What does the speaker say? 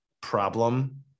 problem